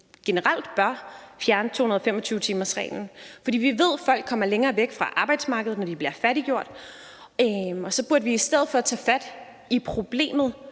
generelt bør fjerne 225-timersreglen, for vi ved, at folk kommer længere væk fra arbejdsmarkedet, når de bliver fattiggjort, og så burde vi i stedet for tage fat i det problem,